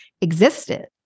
existed